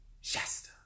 Shasta